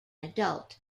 adult